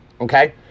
okay